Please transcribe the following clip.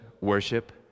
worship